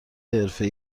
حرفه